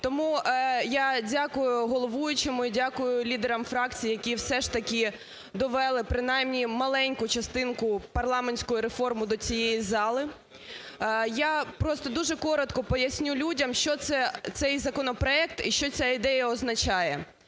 Тому я дякую головуючому і дякую лідерам фракції, які все ж таки довели принаймні маленьку частинку парламентської реформи до цієї зали. Я просто дуже коротко поясню людям, що це цей законопроект і що ця ідея означає.